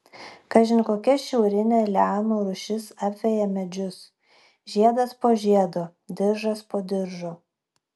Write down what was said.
kažin kokia šiaurinė lianų rūšis apveja medžius žiedas po žiedo diržas po diržo